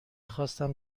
خواستم